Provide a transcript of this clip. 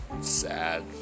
Sad